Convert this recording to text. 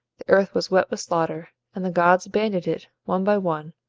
the earth was wet with slaughter, and the gods abandoned it, one by one,